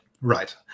right